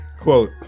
Quote